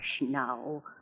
now